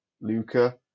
Luca